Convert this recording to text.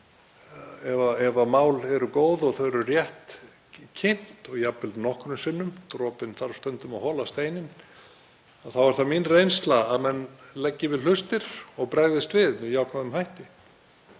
Ef mál eru góð og þau eru rétt kynnt og jafnvel nokkrum sinnum — dropinn þarf stundum að hola steininn — þá er það mín reynsla að menn leggi við hlustir og bregðist við með jákvæðum hætti.